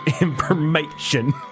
information